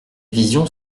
visions